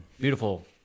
beautiful